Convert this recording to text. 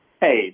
hey